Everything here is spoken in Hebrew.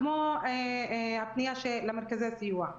כמו הפנייה למרכזי הסיוע.